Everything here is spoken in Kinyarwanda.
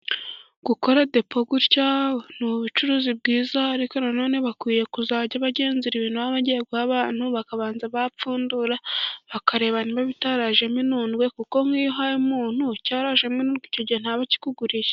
Gukora depo gutya ni ubucuruzi bwiza, ariko nanone bakwiye kuzajya bagenzura ibintu baba bagiye guha abantu, bakabanza bapfundura bakareba niba bitarajemo inturwe, kuko nk'iyo uhaye umuntu cyarajemo inturwe icyo gihe ntaba akikuguriye.